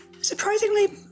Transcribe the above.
surprisingly